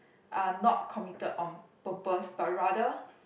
are not committed on purpose but rather